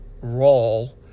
role